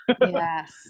Yes